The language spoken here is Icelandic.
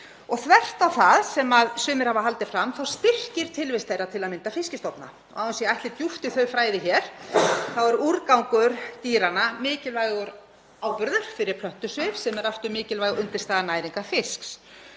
og þvert á það sem sumir hafa haldið fram þá styrkir tilvist þeirra til að mynda fiskstofna. Án þess að ég ætli djúpt í þau fræði hér þá er úrgangur dýranna mikilvægur áburður fyrir plöntusvif sem er aftur mikilvæg undirstaða næringar fisks.